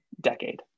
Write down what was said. decade